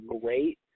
great